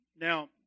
Now